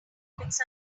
topics